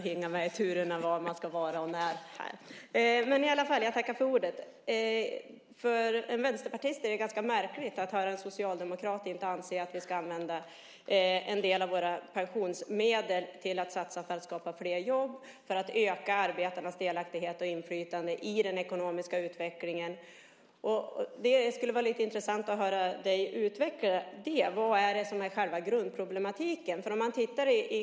Herr talman! För en vänsterpartist är det väldigt märkligt att höra att en socialdemokrat inte anser att vi ska använda en del av våra pensionsmedel till att få fram flera jobb, för att öka arbetarnas delaktighet och inflytande i den ekonomiska utvecklingen. Det skulle vara lite intressant att höra dig utveckla det. Vad är det som är själva grundproblematiken?